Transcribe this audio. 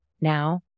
now